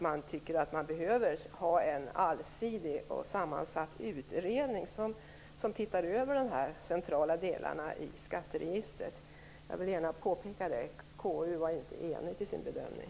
Man tycker att det behövs en allsidigt sammansatt utredning som ser över de här centrala delarna i skatteregistret. KU var alltså inte enigt i sin bedömning.